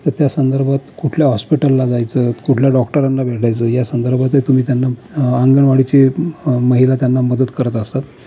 तर त्या संदर्भात कुठल्या हॉस्पिटलला जायचं कुठल्या डॉक्टरांना भेटायचं या संदर्भात ते तुम्ही त्यांना अंगणवाडीची महिला त्यांना मदत करत असतात